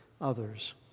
others